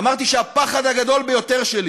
אמרתי שהפחד הגדול ביותר שלי